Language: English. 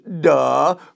Duh